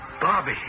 Bobby